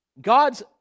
God's